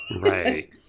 Right